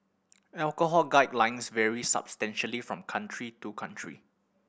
alcohol guidelines vary substantially from country to country